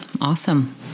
awesome